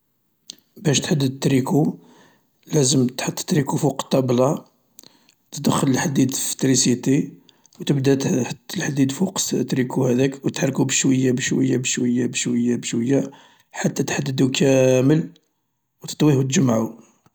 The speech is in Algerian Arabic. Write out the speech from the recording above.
باش تحدد تريكو لازم تحط التريكو فوق الطابلة، تدخل لحديد في التريسيتي، و تبدا تحط لحديد في التريكو هذاك و تحركو بشوية بشوية بشوية بشوية بشوية حتى تحددو كامل و تطويه و تجمعو.